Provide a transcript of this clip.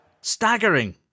Staggering